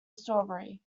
strawberry